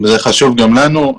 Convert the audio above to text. זה חשוב גם לנו.